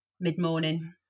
mid-morning